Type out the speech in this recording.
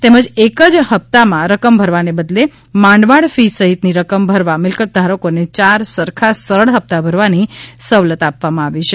તેમજ એક જ હપ્તામાં રકમ ભરવાને બદલે માંડવાળ ફી સહિતની રકમ ભરવા મિલ્કતધારકોને ચાર સરખા સરળ હપ્તા ભરવાની સવલત આપવામાં આવી છે